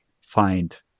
find